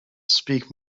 speak